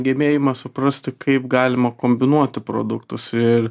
gebėjimas suprasti kaip galima kombinuoti produktus ir